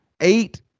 eight